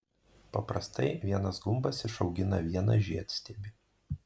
paprastai vienas gumbas išaugina vieną žiedstiebį